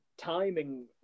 Timing